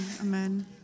amen